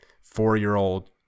four-year-old